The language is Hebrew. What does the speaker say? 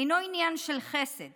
אינו עניין של חסד